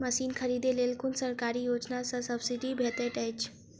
Machine खरीदे लेल कुन सरकारी योजना सऽ सब्सिडी भेटैत अछि?